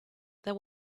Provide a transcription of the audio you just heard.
there